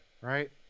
right